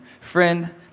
friend